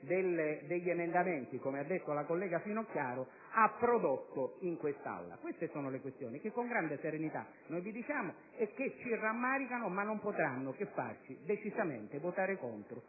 degli emendamenti, come ha detto la collega Finocchiaro, ha prodotto in quest'Aula. Queste sono le questioni che con grande serenità vi diciamo, che ci rammaricano, ma che non potranno che farci votare contro